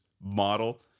model